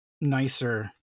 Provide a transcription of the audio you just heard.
nicer